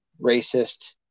racist